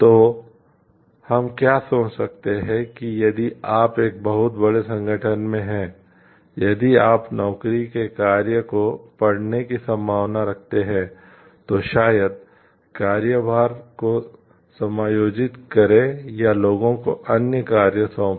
तो हम क्या सोच सकते हैं कि यदि आप एक बहुत बड़े संगठन में हैं यदि आप नौकरी के कार्य को पढ़ने की संभावना रखते हैं तो शायद कार्यभार को समायोजित करें या लोगों को अन्य कार्य सौंपें